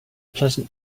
pleasant